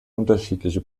unterschiedliche